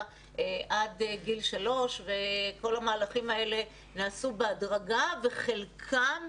עד גיל שלוש וכל המהלכים האלה נעשו בהדרגה וחלקם,